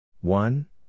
one